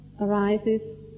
arises